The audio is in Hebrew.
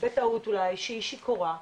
בטעות אולי שהיא שיכורה,